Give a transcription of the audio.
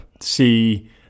see